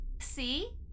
See